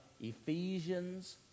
Ephesians